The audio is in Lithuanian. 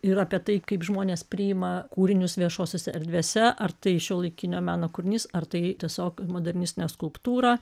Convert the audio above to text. ir apie tai kaip žmonės priima kūrinius viešosiose erdvėse ar tai šiuolaikinio meno kūrinys ar tai tiesiog modernistinė skulptūra